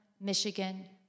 Michigan